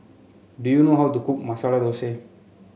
do you know how to cook Masala Thosai